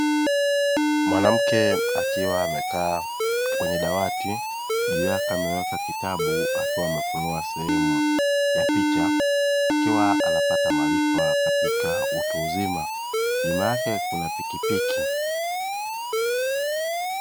Mwanamke akiwa amekaa kwenye dawati juu yake ameweka kitabu, akiwa amefunua sehemu ya picha akiwa anapata maarifa katika utu uzima; nyuma yake kuna pikipiki.